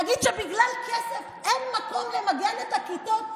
להגיד שבגלל כסף אין מקום למגן את הכיתות.